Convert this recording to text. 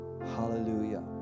Hallelujah